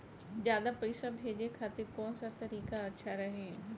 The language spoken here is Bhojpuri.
ज्यादा पईसा भेजे खातिर कौन सा तरीका अच्छा रही?